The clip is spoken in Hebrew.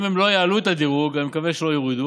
אם הן לא יעלו את הדירוג אני מקווה שלא יורידו,